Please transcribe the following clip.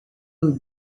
will